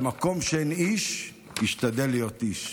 "במקום שאין איש השתדל להיות איש".